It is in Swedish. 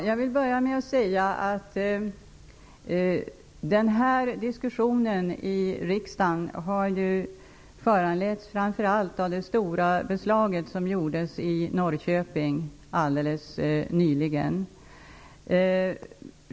Fru talman! Den här diskussionen i riksdagen har ju föranletts framför allt av det stora beslag som gjordes i Norrköping alldeles nyligen.